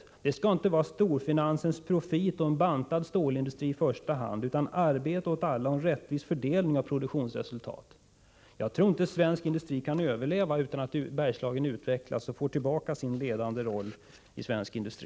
Målet skall inte vara profit för storfinahsen och en bantad stålindustri i första hand, utan målet skall vara arbete åt alla och en rättvis fördelning av produktionsresultatet. Jag tror inte att svensk industri kan överleva utan att Bergslagen utvecklas och företagen där får tillbaka sin ledande roll inom svensk industri.